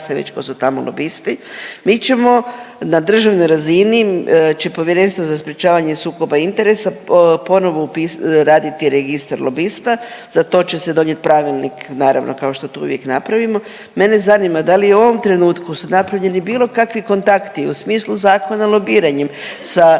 već tko su tamo lobisti. Mi ćemo na državnoj razini, će Povjerenstvo za sprječavanje sukoba interesa ponovno upisati, raditi registar lobista. Za to će se donijet pravilnik naravno kao što to uvijek napravimo. Mene zanima da li u ovom trenutku su napravljeni bilo kakvi kontakti u smislu zakona lobiranjem sa